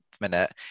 minute